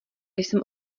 jsem